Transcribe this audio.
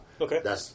Okay